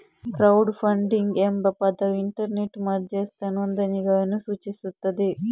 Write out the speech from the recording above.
crowd funding ಎಂಬ ಪದವು internet ಮಧ್ಯಸ್ಥ ನೋಂದಣಿಗಳನ್ನು ಸೂಚಿಸುತ್ತದೆ